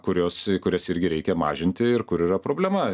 kurios kurias irgi reikia mažinti ir kur yra problema